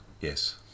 Yes